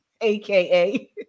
aka